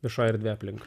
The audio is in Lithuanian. vieša erdvė aplink